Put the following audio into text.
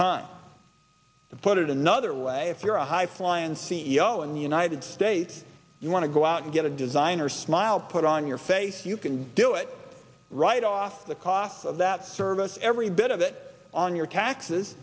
time to put it another way if you're a high flying c e o in the united states you want to go out and get a designer smile put on your face you can do it right off the cost of that service every bit of it on your taxes